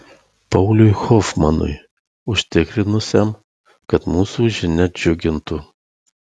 pauliui hofmanui užtikrinusiam kad mūsų žinia džiugintų